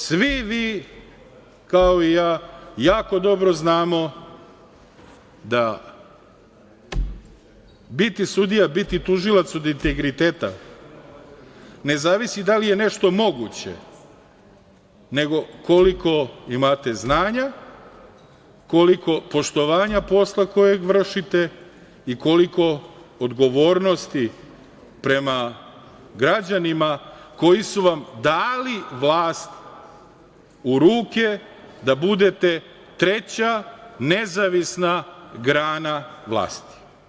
Svi vi, kao i ja, jako dobro znate da biti sudija, biti tužilac od integriteta ne zavisi da li je nešto moguće, nego koliko imate znanja, koliko poštovanja posla koji vršite i koliko odgovornosti prema građanima koji su vam dali vlast u ruke da budete treća nezavisna grana vlasti.